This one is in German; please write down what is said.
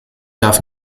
darf